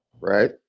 right